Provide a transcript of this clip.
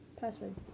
Password